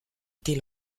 était